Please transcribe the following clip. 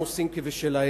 הם עושים כבשלהם